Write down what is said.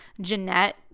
Jeanette